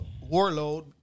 Warlord